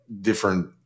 different